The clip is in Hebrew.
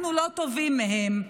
אנחנו לא טובים מהם.